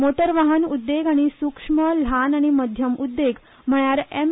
मोटर वाहन उददेग आनी सुक्ष्म ल्हान आनी मध्यम उददे्ग म्हळ्यार एम